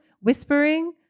whispering